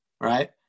right